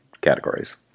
categories